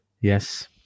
Yes